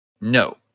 No